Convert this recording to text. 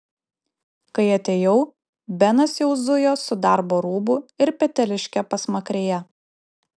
kai atėjau benas jau zujo su darbo rūbu ir peteliške pasmakrėje